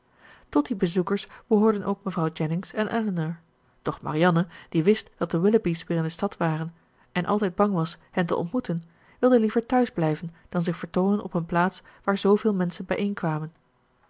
tot die bezoekers behoorden ook mevrouw jennings en elinor doch marianne die wist dat de willoughby's weer in de stad waren en altijd bang was hen te ontmoeten wilde liever thuisblijven dan zich vertoonen op een plaats waar zooveel menschen bijeen kwamen